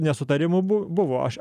nesutarimų bu buvo aš